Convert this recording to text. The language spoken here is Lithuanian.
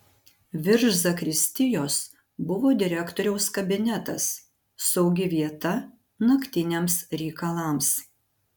virš zakristijos buvo direktoriaus kabinetas saugi vieta naktiniams reikalams